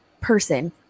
person